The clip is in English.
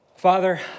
Father